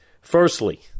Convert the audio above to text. Firstly